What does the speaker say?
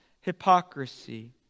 hypocrisy